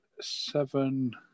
Seven